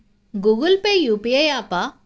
Google Pay UPI య్యాపా?